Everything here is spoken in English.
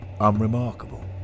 unremarkable